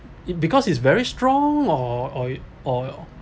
it because it's very strong or or or